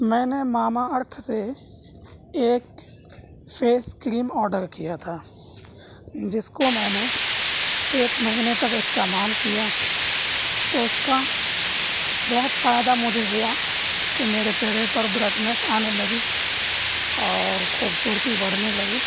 میں نے Mamaearth سے ایک فیس کریم آڈر کیا تھا جس کو میں نے ایک مہینے تک استعمال کیا تو اس کا بہت فائدہ مجھے ہوا کہ میرے چہرے پر برائٹنیس آنے لگی اور خوبصورتی بڑھنے لگی